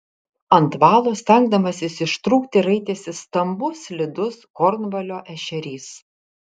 ant valo stengdamasis ištrūkti raitėsi stambus slidus kornvalio ešerys